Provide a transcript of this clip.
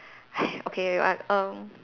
okay uh um